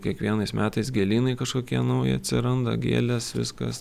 kiekvienais metais gėlynai kažkokie nauji atsiranda gėlės viskas